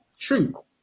True